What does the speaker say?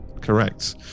correct